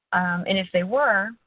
and if they were,